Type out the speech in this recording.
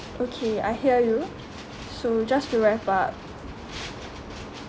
okay I hear you so just to wrap up